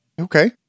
Okay